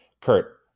Kurt